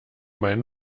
meinen